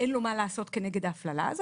ואין לו מה לעשות כנגד ההפללה הזאת,